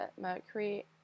mercury